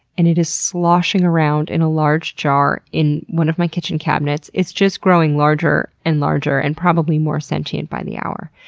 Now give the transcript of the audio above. and it is sloshing around in a large jar in one of my kitchen cabinets. it's just growing larger and larger and probably more sentient by the hour.